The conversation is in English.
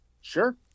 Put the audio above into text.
Sure